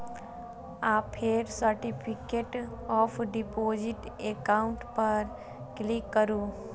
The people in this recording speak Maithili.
आ फेर सर्टिफिकेट ऑफ डिपोजिट एकाउंट पर क्लिक करू